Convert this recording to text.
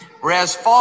whereas